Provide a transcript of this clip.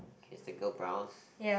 is the girl brown